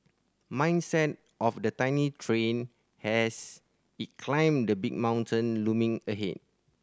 mindset of the tiny train as it climbed the big mountain looming ahead